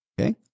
Okay